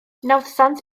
nawddsant